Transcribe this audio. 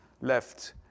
left